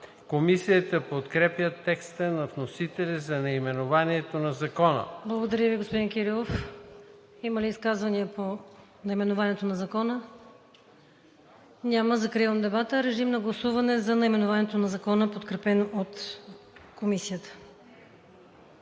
Комисията подкрепя текста на вносителя за наименованието на Закона. ПРЕДСЕДАТЕЛ ВИКТОРИЯ ВАСИЛЕВА: Благодаря Ви, господин Кирилов. Има ли изказвания по наименованието на Закона? Няма. Закривам дебата. Режим на гласуване за наименованието на Закона, подкрепен от Комисията.